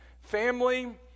family